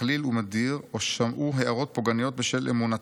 מכליל ומדיר, או שמעו הערות פוגעניות בשל אמונתם.